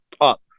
up